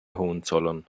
hohenzollern